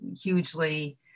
hugely